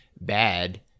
bad